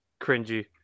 cringy